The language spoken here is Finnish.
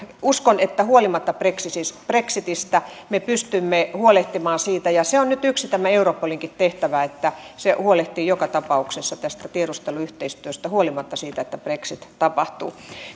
uskon että huolimatta brexitistä me pystymme huolehtimaan siitä ja se on nyt yksi europolinkin tehtävä että se huolehtii joka tapauksessa tästä tiedusteluyhteistyöstä huolimatta siitä että brexit tapahtuu